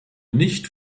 nicht